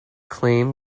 claim